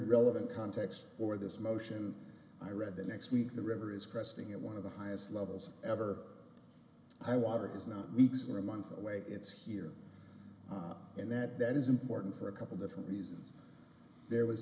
relevant context for this motion i read the next week the river is cresting at one of the highest levels ever i water it is not weeks or months away it's here and that that is important for a couple different reasons there was